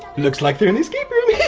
looks like they're in the escape room.